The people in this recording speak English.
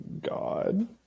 God